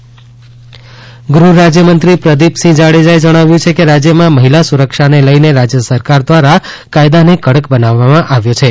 મહિલા સુરક્ષા ગૃહરાજ્ય મંત્રી પ્રદિપસિંહ જાડેજાએ જણાવ્યું છે કે રાજ્યમાં મહિલા સુરક્ષાને લઇને રાજ્ય સરકાર દ્વારા કાયદાને કડક બનાવવામાં આવ્યો છે